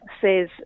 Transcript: says